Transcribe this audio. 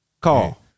Call